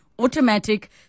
Automatic